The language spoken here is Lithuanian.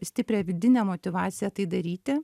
stiprią vidinę motyvaciją tai daryti